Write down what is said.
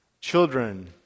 children